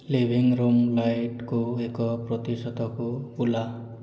living room ଲାଇଟ୍କୁ ଏକ ପ୍ରତିଶତକୁ ବୁଲାଓ